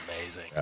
amazing